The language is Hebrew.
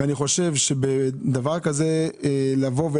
אני חושב שבדבר כזה להפלות,